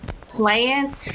plans